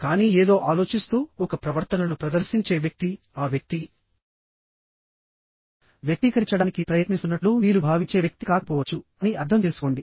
కానీ ఏదో ఆలోచిస్తూఒక ప్రవర్తనను ప్రదర్శించే వ్యక్తి ఆ వ్యక్తి వ్యక్తీకరించడానికి ప్రయత్నిస్తున్నట్లు మీరు భావించే వ్యక్తి కాకపోవచ్చు అని అర్థం చేసుకోండి